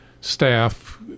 staff